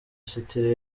city